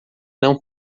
não